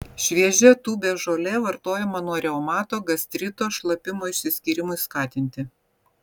šviežia tūbės žolė vartojama nuo reumato gastrito šlapimo išsiskyrimui skatinti